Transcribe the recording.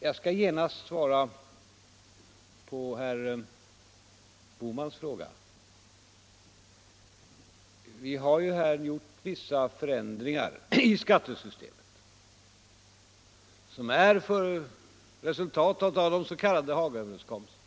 Jag skall genast svara på herr Bohmans fråga. Vi har här gjort vissa förändringar i skattesystemet, som är resultat av de s.k. Hagaöverenskommelserna.